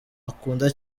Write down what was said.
akunda